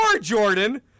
Jordan